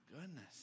goodness